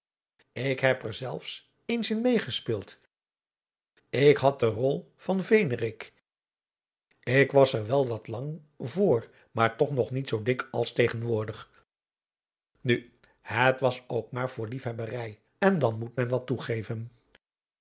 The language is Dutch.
ik heb er zelfs eens in meê gespeeld ik had de rol van venerik ik was er wel wat lang adriaan loosjes pzn het leven van johannes wouter blommesteyn voor maar toch nog niet zoo dik als tegenwoordig nu het was ook maar voor liefhebberij en dan moet men wat toegeven